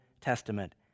Testament